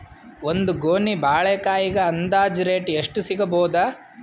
ಒಂದ್ ಗೊನಿ ಬಾಳೆಕಾಯಿಗ ಅಂದಾಜ ರೇಟ್ ಎಷ್ಟು ಸಿಗಬೋದ?